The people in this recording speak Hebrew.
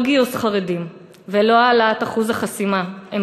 לא גיוס חרדים ולא העלאת אחוז החסימה הם